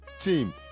Team